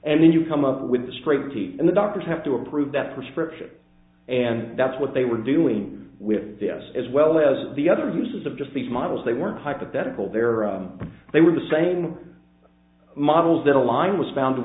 and then you come up with the straight teeth and the doctors have to approve that prescription and that's what they were doing with this as well as the other uses of just these models they weren't hypothetical there they were the same models that align was found